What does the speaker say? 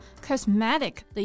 cosmetic